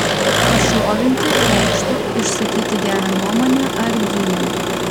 pašlovinti reikštų išsakyti gerą nuomonę ar gyrių